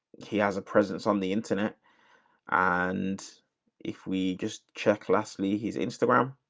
he has a presence on the internet and if we just check, lastly, his instagram,